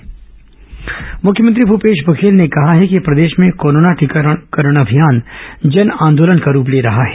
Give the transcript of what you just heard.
मख्यमंत्री निर्देश मुख्यमंत्री भूपेश बघेल ने कहा है कि प्रदेश में कोरोना टीकाकरण अभियान जन आंदोलन का रूप ले रहा है